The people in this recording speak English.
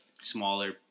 smaller